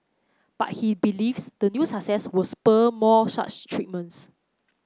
but he believes the new success will spur more such treatments